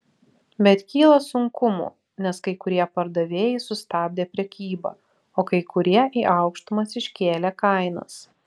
bet kyla sunkumų nes kai kurie pardavėjai sustabdė prekybą o kai kurie į aukštumas iškėlė kainas